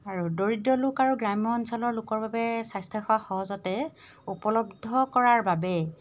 আৰু দৰিদ্ৰ লোক আৰু গ্ৰাম্য অঞ্চলৰ লোকৰ বাবে স্বাস্থ্যসেৱা সহজতে উপলব্ধ কৰাৰ বাবে